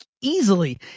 easily